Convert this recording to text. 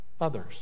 others